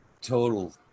Total